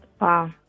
wow